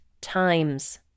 times